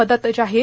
मदत जाहीर